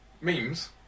Memes